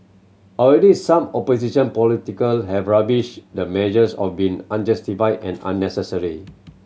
already some opposition politician have rubbished the measures of being unjustified and unnecessary